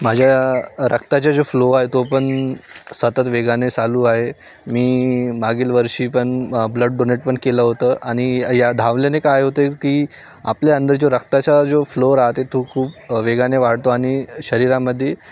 माझ्या रक्ताचा जो फ्लो आहे तो पण सतत वेगाने चालू आहे मी मागील वर्षीपण ब्लड डोनेट पण केलं होतं आणि या धावल्याने काय होते की आपल्या अंदर जो रक्ताचा जो फ्लो राहते तो खूप वेगाने वाढतो आणि शरीरामध्ये